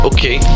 Okay